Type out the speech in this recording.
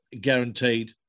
guaranteed